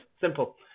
Simple